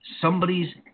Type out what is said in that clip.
somebody's